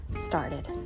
started